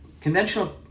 conventional